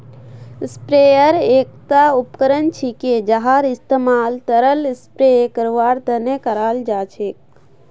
sprayer एकता उपकरण छिके जहार इस्तमाल तरल स्प्रे करवार तने कराल जा छेक